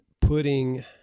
putting